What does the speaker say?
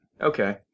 Okay